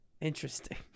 Interesting